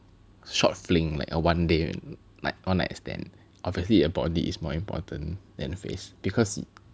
short fling like a one day and one night stand obviously the body is more important than the face because